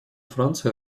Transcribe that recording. франция